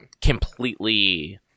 completely